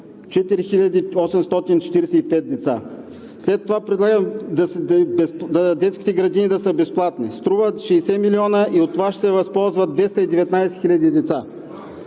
845 деца. След това предлагаме детските градини да са безплатни. Струва 60 милиона и от това ще се възползват 219 000 деца.